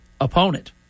opponent